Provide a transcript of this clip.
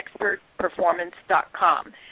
ExpertPerformance.com